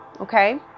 Okay